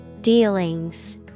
Dealings